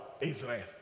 Israel